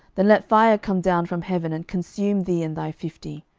then let fire come down from heaven, and consume thee and thy fifty.